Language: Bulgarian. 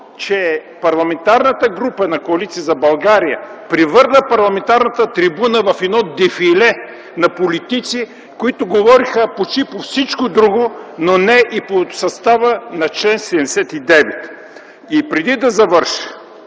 че Парламентарната група на Коалиция за България превърна парламентарната трибуна в едно дефиле на политици, които говориха почти по всичко друго, но не и по състава на чл. 79. Преди да завърша,